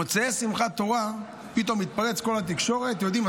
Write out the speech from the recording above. במוצאי שמחת תורה פתאום התפרץ בכל התקשורת: אתם יודעים,